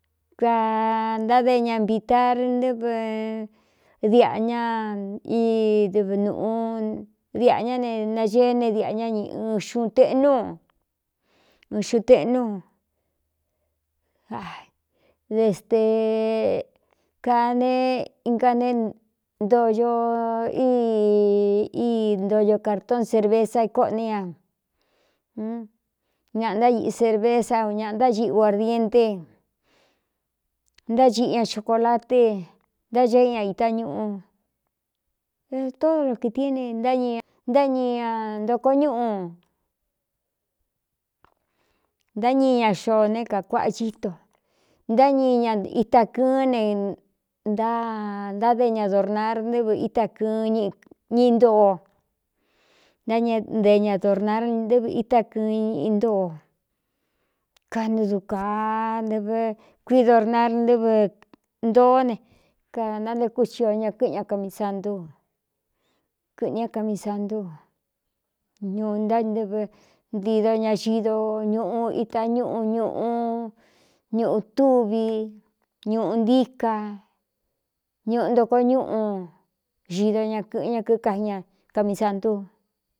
Kāntáde ña mvitar ntɨvɨ diꞌa ñá í dɨ nūꞌu diꞌa ñá ne nageé ne diꞌa ñá ñ ɨn xuꞌun teꞌnú ɨn xuꞌu teꞌnú de stē kane ga neé ntoo í í ntoyo cārtoón serveza ikoꞌní ña ñaꞌa ntáiꞌi servesa un ñāꞌa ntáiꞌɨ guardiente ntáciꞌi ña xhocolate ntá ce i ña itá ñuꞌu etódoro kīti é ne náñi ntáñi ña ntoko ñuꞌu ntáñi ña xoó né kākuáꞌa chíto ntáñi ña ita kɨɨn ne ántáde ña dornar ntɨ́vɨ íta kɨɨn ñíi ntoo ntáña nte ña dornar ntɨvɨ itá kɨɨnꞌintōo kanɨ du kaa nɨvɨ kui dornar ntɨ́vɨ ntōó ne kanantekú thio ña kɨ́ꞌɨn ña kami santú kɨꞌɨ̄n ñá kami santú ñuu ntánɨvɨ ntido ña xido ñuꞌu ita ñúꞌu ñuꞌu ñuꞌu túvi ñuꞌu ntíka ñuꞌu ntoko ñúꞌu xido ña kɨ̄ꞌɨ́n ña kikaí ña kami santú.